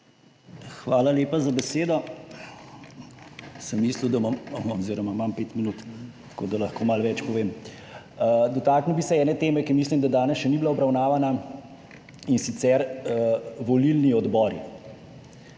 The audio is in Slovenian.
Hvala lepa za besedo. Sem mislil, da imam oziroma imam 5 minut, tako da lahko malo več povem. Dotaknil bi se ene teme, ki mislim, da danes še ni bila obravnavana, in sicer volilni odbori.